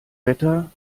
wetter